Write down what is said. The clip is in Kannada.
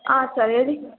ಹಾಂ ಸರ್ ಹೇಳಿ